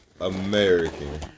American